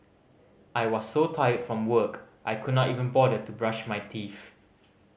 I was so tired from work I could not even bother to brush my teeth